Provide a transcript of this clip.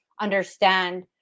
understand